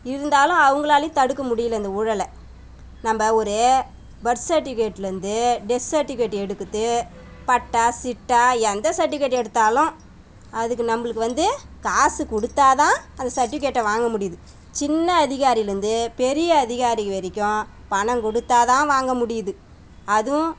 இருந்தாலும் அவங்களாலையும் தடுக்க முடியிலை இந்த ஊழலை நம்ம ஒரு பர்த் சர்ட்டிவிகேட்லேந்து டெத் சர்ட்டிவிகேட் எடுக்குத்து பட்டா சிட்டா எந்த சர்ட்டிவிகேட் எடுத்தாலும் அதுக்கு நம்மளுக்கு வந்து காசு கொடுத்தா தான் அந்த சர்ட்டிவிகேட்டை வாங்க முடியுது சின்ன அதிகாரிலேருந்து பெரிய அதிகாரி வரைக்கும் பணம் கொடுத்தா தான் வாங்க முடியுது அதுவும்